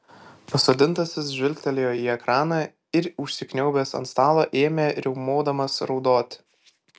pasodintasis žvilgtelėjo į ekraną ir užsikniaubęs ant stalo ėmė riaumodamas raudoti